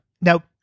Now